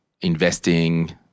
investing